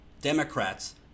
democrats